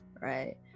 Right